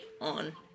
on